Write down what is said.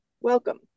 welcome